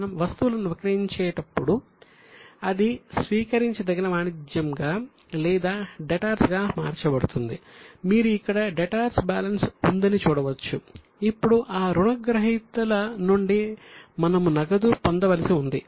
మనం వస్తువులను విక్రయించినప్పుడు అది స్వీకరించదగిన వాణిజ్యంగా లేదా డేటార్స్ మార్చబడుతుంది మీరు ఇక్కడ డేటార్స్ బ్యాలెన్స్ ఉందని చూడవచ్చు ఇప్పుడు ఆ రుణగ్రహీతల నుండి మనము నగదు పొందవలసి ఉంది